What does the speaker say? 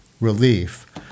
relief